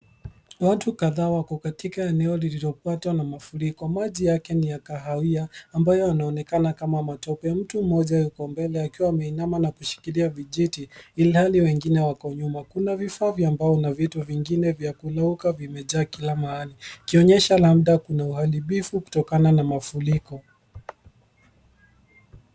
Watu kadhaa wako katika eneo lililopatwa na mafuriko. Maji yake ni ya kahawia ambayo yanaonekana kama matope. Mtu mmoja yuko mbele akiwa ameinama na kushikilia vijiti ilhali wengine wako nyuma. Kuna vifaa vya mbao na vitu vingine vya kulauka vimejaa kila mahali ikionyesha labda kuna uharibifu kutokana na mafuriko.